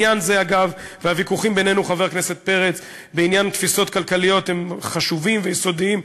הוויכוחים בעניין תפיסות כלכליות הם חשובים ויסודיים.